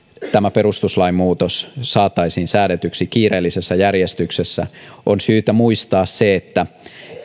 perustuslain muutos saataisiin säädetyksi kiireellisessä järjestyksessä on syytä muistaa se että